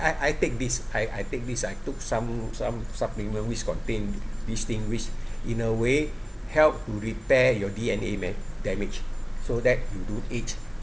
I I take this I I take this I took some some supplement which contain this thing which in a way help repair your D_N_A man~ damage so that you don't age